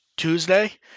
tuesday